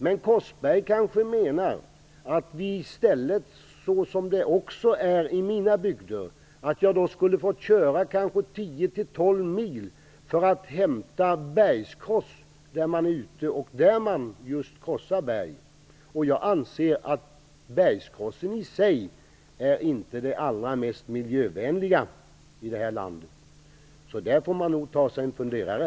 Men Ronny Korsberg kanske menar att man i stället, som fallet ofta är i mina bygder, skulle få köra kanske 10-12 mil för att hämta bergskross där man krossar berg. Jag anser nu att bergskross i sig inte är det mest miljövänliga i det här landet. Där får man nog ta sig en funderare.